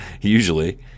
usually